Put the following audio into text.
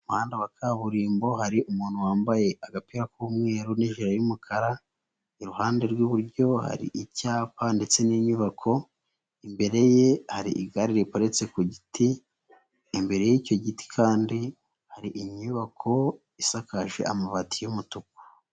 Umuhanda wa kaburimbo hari umuntu wambaye agapira k'umweru n'ijile y'umukara, iruhande rw'iburyo hari icyapa ndetse n'inyubako, imbere ye hari igare riparitse ku giti, imbere y'icyo giti kandi hari inyubako isakaje amabati y'umutuku.